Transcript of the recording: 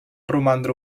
romandre